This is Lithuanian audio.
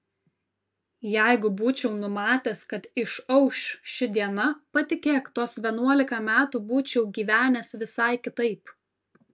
jeigu būčiau numatęs kad išauš ši diena patikėk tuos vienuolika metų būčiau gyvenęs visai kitaip